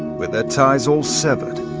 with their ties all severed,